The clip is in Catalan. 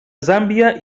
zàmbia